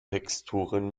texturen